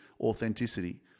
authenticity